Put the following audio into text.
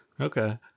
okay